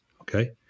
Okay